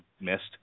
missed